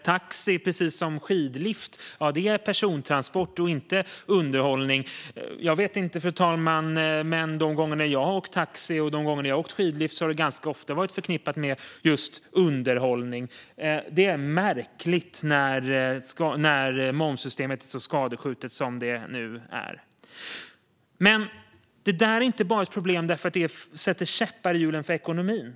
Taxi, precis som skidlift, är persontransport och inte underhållning. De gånger jag har åkt taxi eller skidlift, fru talman, har det dock ganska ofta varit förknippat med just underhållning. Det är märkligt när momssystemet är så skadskjutet som det är nu. Men det här är inte bara ett problem för att det sätter käppar i hjulen för ekonomin.